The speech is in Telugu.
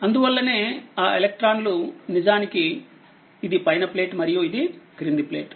అందువల్లనే ఆ ఎలక్ట్రాన్లునిజానికిఇది పైన ప్లేట్ మరియు ఇది క్రిందిప్లేట్